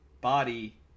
body